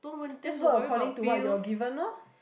just work according to what you are given lor